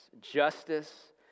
Justice